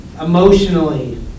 emotionally